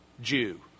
Jew